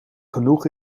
genoeg